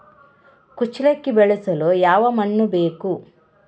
ಕುಚ್ಚಲಕ್ಕಿ ಬೆಳೆಸಲು ಯಾವ ಮಣ್ಣು ಬೇಕು?